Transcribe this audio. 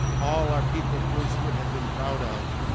all are people bruce would have been proud of.